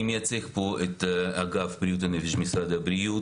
אני מייצג פה את אגף בריאות הנפש במשרד הבריאות.